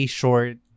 short